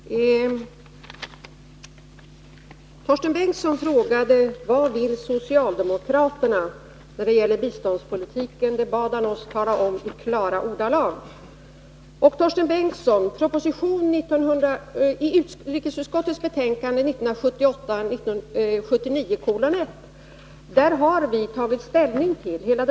Fru talman! Torsten Bengtson frågade: Vad vill socialdemokraterna då det gäller biståndspolitiken? Det bad han oss tala om i klara ordalag. Vi och hela den svenska riksdagen har tagit ställning till detta.